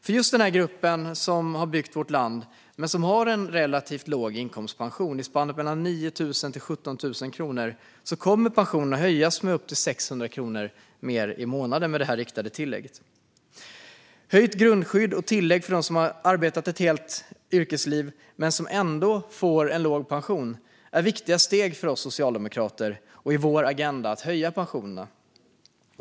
För just den här gruppen, som har byggt vårt land men som har en relativt låg inkomstpension i spannet mellan 9 000 och 17 000 kronor, kommer pensionen att höjas med upp till 600 kronor per månad genom det riktade tillägget. Höjt grundskydd och tillägg för dem som har arbetat ett helt yrkesliv men ändå får en låg pension är viktiga steg för oss socialdemokrater och på vår agenda för att höja pensionerna.